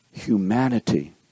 Humanity